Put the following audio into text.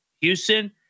Houston